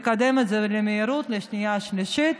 נקדם את זה במהירות לשנייה ושלישית.